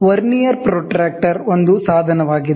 vernier protractor ಒಂದು ಸಾಧನವಾಗಿದೆ